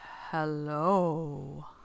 hello